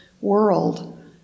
world